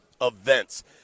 events